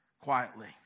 quietly